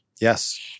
Yes